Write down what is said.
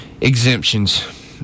Exemptions